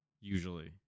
usually